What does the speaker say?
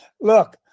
Look